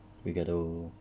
we get to